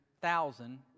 thousand